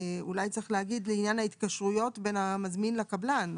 אולי צריך להגיד לעניין ההתקשרויות בין המזמין לקבלן.